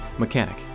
mechanic